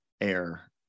air